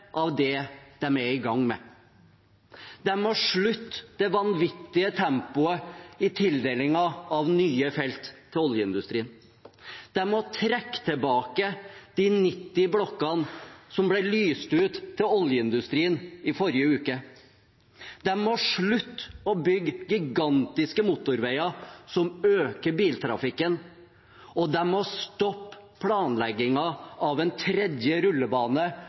av det de er i gang med. De må stoppe det vanvittige tempoet i tildelingen av nye felt til oljeindustrien. De må trekke tilbake de 90 blokkene som ble lyst ut til oljeindustrien i forrige uke. De må slutte å bygge gigantiske motorveier som øker biltrafikken, og de må stoppe planleggingen av en tredje rullebane